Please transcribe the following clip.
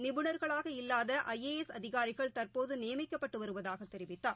நிபுணர்களாக இல்லாத I A S அதிகாரிகள் தற்போதுநியமிக்கப்பட்டுவருவதாகத் தெரிவித்தார்